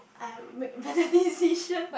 I made very decision